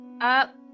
Up